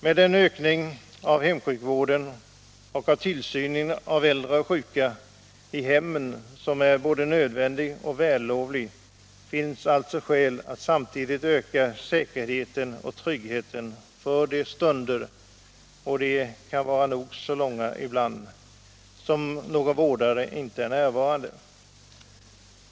Med den ökning av hemsjukvården och av tillsynen av äldre och sjuka i hemmen som är både nödvändig och vällovlig finns alla skäl att samtidigt öka säkerheten och tryggheten under de stunder — och de kan vara nog så långa — då någon vårdare inte är närvarande.